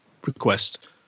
request